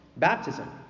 Baptism